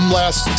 last